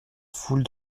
foule